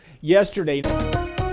yesterday